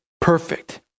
perfect